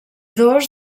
dos